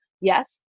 Yes